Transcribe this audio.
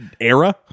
era